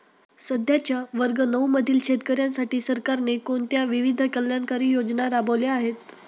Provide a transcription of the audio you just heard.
सध्याच्या वर्ग नऊ मधील शेतकऱ्यांसाठी सरकारने कोणत्या विविध कल्याणकारी योजना राबवल्या आहेत?